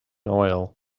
oil